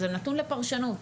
זה נתון לפרשנות,